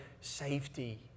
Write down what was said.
safety